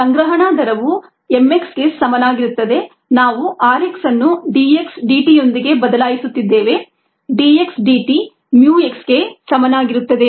rxμxorheredxdtμx ಸಂಗ್ರಹಣಾ ದರವು m x ಗೆ ಸಮನಾಗಿರುತ್ತದೆ ನಾವು r x ಅನ್ನು d x dt ಯೊಂದಿಗೆ ಬದಲಾಯಿಸುತ್ತಿದ್ದೇವೆ d x dt mu x ಗೆ ಸಮನಾಗಿರುತ್ತದೆ